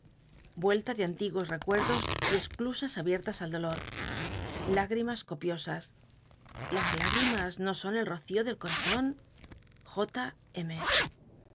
vuelta de antiguos tccueidos y esclusas abiettas al dolor lágrimas copiosas la l igrimas no son el rocío del coazon